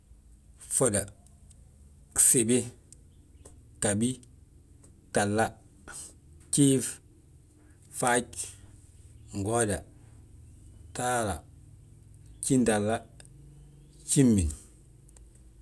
Ffoda, gsibi, ghabi, gtahla, jiif, faaj, ngooda, gtahla, gjintahla gjimin.